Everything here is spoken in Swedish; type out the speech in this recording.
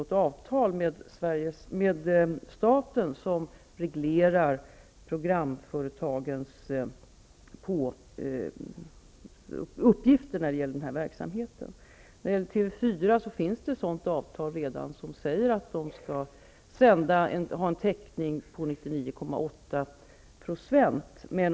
Ett avtal med staten reglerar programföretagens uppgifter när det gäller den här verksamheten. TV 4 har redan ett avtal där det sägs att det skall vara en täckning på 99,8 %.